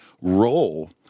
role